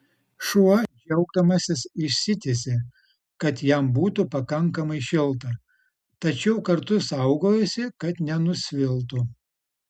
šuo džiaugdamasis išsitiesė kad jam būtų pakankamai šilta tačiau kartu saugojosi kad nenusviltų